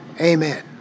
amen